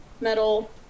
metal